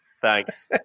Thanks